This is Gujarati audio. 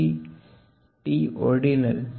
તેથી ટી ઓર્ડીનલ